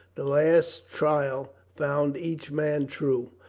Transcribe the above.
the last trial found each man true.